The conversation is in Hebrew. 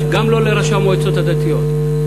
גם לא לראשי המועצות הדתיות,